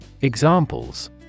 Examples